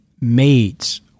maids